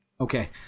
Okay